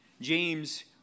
James